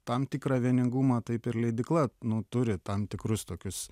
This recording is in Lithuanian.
tam tikrą vieningumą taip ir leidykla nuo turi tam tikrus tokius